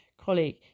colleague